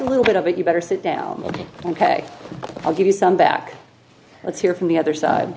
a little bit of it you better sit down ok i'll give you some back let's hear from the other side